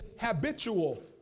habitual